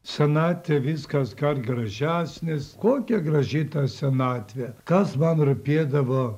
senatvėj viskas gal gražesnis kokia graži ta senatvė kas man rūpėdavo